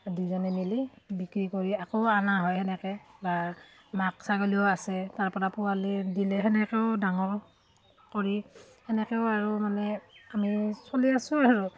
দুয়োজনে মিলি বিক্ৰী কৰি আকৌ অনা হয় সেনেকৈ বা মাক ছাগলীও আছে তাৰপৰা পোৱালি দিলে সেনেকৈও ডাঙৰ কৰি সেনেকৈও আৰু মানে আমি চলি আছো আৰু